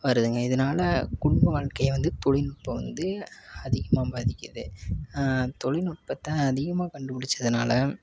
வருதுங்க இதனால் குடும்ப வாழ்க்கைய வந்து தொழில்நுட்பம் வந்து அதிகமாக பாதிக்குது தொழில்நுட்பம் அதிகமாக கண்டுபிடிச்சதுனால